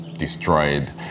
Destroyed